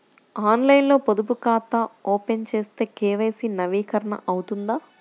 ఆన్లైన్లో పొదుపు ఖాతా ఓపెన్ చేస్తే కే.వై.సి నవీకరణ అవుతుందా?